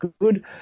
good